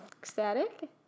ecstatic